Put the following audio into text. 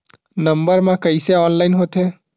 Number मा कइसे online होथे?